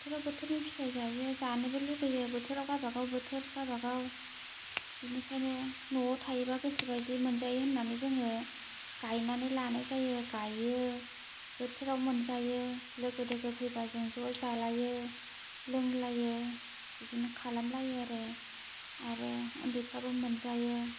बोथोराव बोथोरनि फिथाइ जायो जानोबो लुबैयो बोथोराव गावबागाव बोथोर गावबागाव बिनिखायनो न'आव थायोबा गोसोबादि मोनजायो होन्नानै जोङो गाइनानै लानाय जायो गाइयो बोथोराव मोनजायो लोगो दोगो फैबा जों ज' जालायो लोंलायो बिदिनो खालामलायो आरो आरो ओन्दैफ्राबो मोनजायो